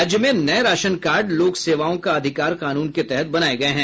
राज्य में नये राशन कार्ड लोक सेवाओं का अधिकार कानून के तहत बनाये गये है